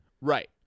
Right